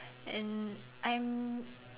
and I'm